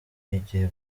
igihe